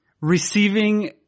receiving